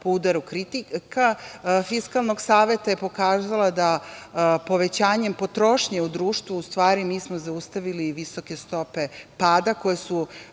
na udaru kritika Fiskalnog saveta je pokazala da povećanjem potrošnje u društvu u stvari mi smo zaustavili i visoke stope pada koje su